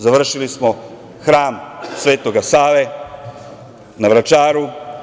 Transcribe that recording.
Završili smo Hram Svetog Save na Vračaru.